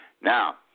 Now